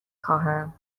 خواهم